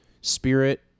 Spirit